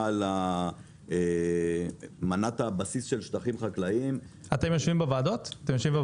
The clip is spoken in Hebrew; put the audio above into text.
על מנת הבסיס של שטחים חקלאים --- אתם יושבים בוועדות תכנון?